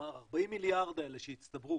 ה-40 מיליארד האלה שיצטברו